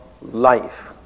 life